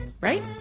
right